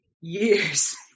years